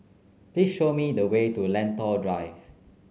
please show me the way to Lentor Drive